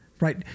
Right